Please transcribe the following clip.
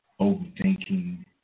overthinking